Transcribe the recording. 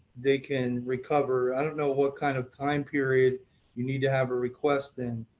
they can recover i don't know what kind of time period you need to have a request in,